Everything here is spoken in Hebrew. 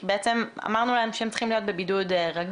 כי בעצם אמרנו להם שהם צריכים להיות בבידוד רגיל.